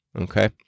Okay